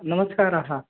नमस्काराः